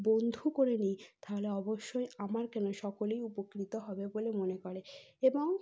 বন্ধু করে নিই তাহলে অবশ্যই আমার কেন সকলেই উপকৃত হবে বলে মনে করে এবং